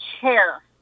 chair